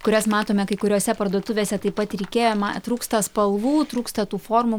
kurias matome kai kuriose parduotuvėse taip pat ir ikea trūksta spalvų trūksta tų formų